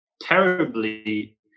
terribly